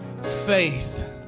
Faith